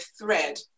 thread